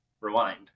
rewind